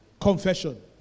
confession